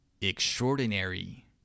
Extraordinary